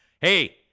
Hey